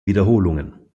wiederholungen